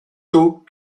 taux